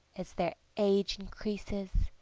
as their age increases,